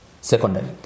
secondary